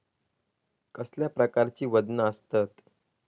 कसल्या प्रकारची वजना आसतत?